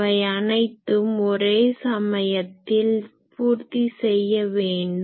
அவை அனைத்தும் ஒரே சமயத்தில் பூர்த்தி செய்ய வேண்டும்